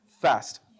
fast